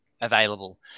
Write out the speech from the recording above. available